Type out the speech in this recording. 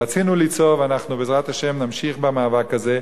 רצינו ליצור, ואנחנו בעזרת השם נמשיך במאבק הזה,